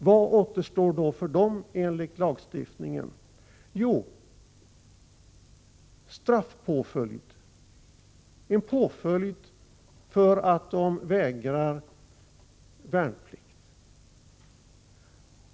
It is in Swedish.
Vad återstår då för dem enligt lagstiftningen? Jo, straffpåföljd, en påföljd för att de vägrar värnplikt.